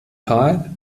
tal